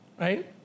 Right